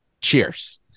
cheers